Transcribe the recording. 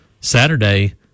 Saturday